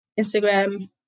Instagram